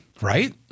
right